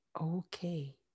okay